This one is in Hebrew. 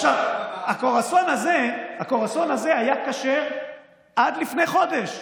עכשיו, הקרואסון הזה כשר עד לפני חודש,